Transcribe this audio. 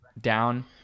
down